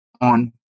on